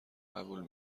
قبول